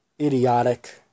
idiotic